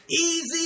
easy